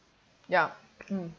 yup mm